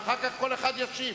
ואחר כך כל אחד ישיב,